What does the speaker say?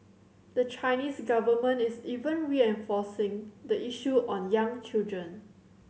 the Chinese government is even reinforcing the issue on young children